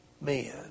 men